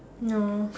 no